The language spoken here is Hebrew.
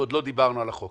ועוד לא דיברנו על החוק.